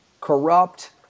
corrupt